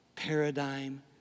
paradigm